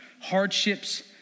hardships